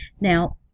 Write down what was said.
Now